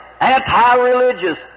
anti-religious